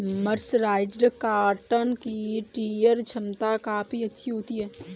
mercerised cotton की tear छमता काफी अच्छी होती है